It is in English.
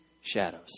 shadows